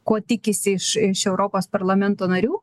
ko tikisi iš europos parlamento narių